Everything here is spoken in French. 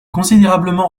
considérablement